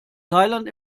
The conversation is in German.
thailand